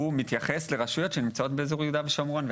מתייחס לרשויות שנמצאות באזור יהודה ושומרון.